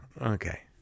Okay